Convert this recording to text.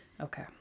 Okay